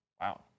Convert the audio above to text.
Wow